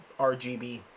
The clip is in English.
RGB